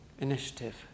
initiative